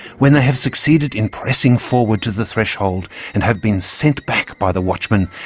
when they have succeeded in pressing forward to the threshold and have been sent back by the watchman,